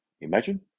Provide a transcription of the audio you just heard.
imagine